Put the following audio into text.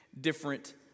different